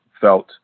felt